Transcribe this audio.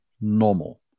normal